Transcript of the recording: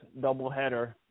doubleheader